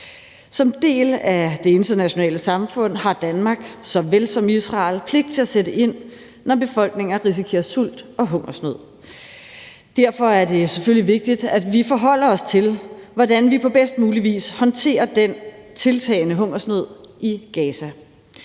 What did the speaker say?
Som del af det internationale samfund har Danmark såvel som Israel pligt til at sætte ind, når befolkninger risikerer sult og hungersnød. Derfor er det selvfølgelig vigtigt, at vi forholder os til, hvordan vi på bedst mulig vis håndterer den tiltagende hungersnød i Gaza.